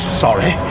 sorry